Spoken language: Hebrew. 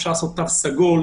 אפשר לעשות תו סגול,